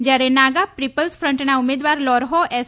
જયારે નાગા પીપ્લસ ફન્ટના ઉમેદવાર લોરહો એસ